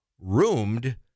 roomed